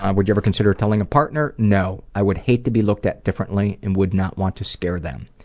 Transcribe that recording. um would you ever consider telling a partner no, i would hate to be looked at differently, and would not want to scare them.